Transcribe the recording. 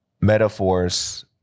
metaphors